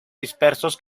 dispersos